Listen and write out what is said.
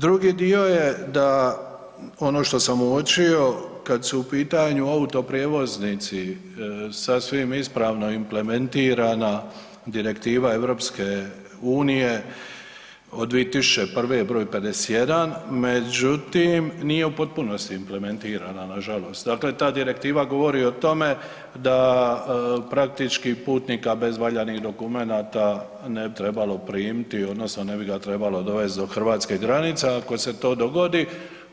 Drugi dio je da ono što sam uočio, kad su u pitanju autoprijevoznici, sasvim ispravni implementirana direktiva EU-a od 2001. br. 51, međutim nije u potpunosti implementirana nažalost, dakle ta direktiva govori o tome da praktički putnika bez valjanih dokumenata ne bi trebalo primiti odnosno ne bi ga trebalo dovest do hrvatskih granica, a ako se to dogodi,